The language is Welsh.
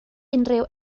unrhyw